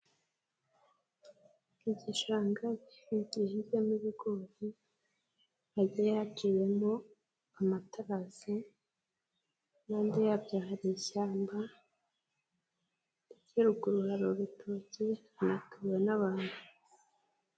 Igishanga gihinzemo ibigori, hagiye haciyemo amaterasi, hirya yabyo hari ishyamba, no ruguru yaryo hari urutoki, hatuwe n'abantu.